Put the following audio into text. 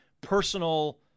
personal